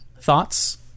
thoughts